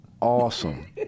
awesome